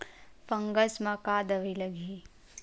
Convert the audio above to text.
Fungus म का दवाई लगी?